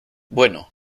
bueno